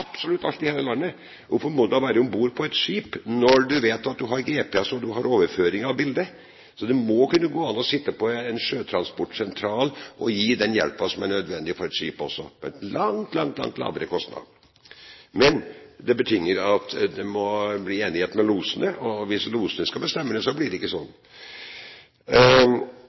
absolutt alt i hele landet kontrolleres. Hvorfor må man være om bord på et skip når man vet at man har GPS og overføringer av bildet? Det må kunne gå an å sitte på en sjøtransportsentral og gi den hjelpen som er nødvendig for et skip, også, til en langt, langt, langt lavere kostnad. Men det betinger at det må bli enighet med losene, og hvis losene skal bestemme, blir det ikke sånn. Så var statsråden inne på tidsaspektet. Ja, det